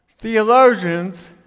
Theologians